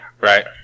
right